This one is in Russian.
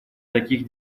таких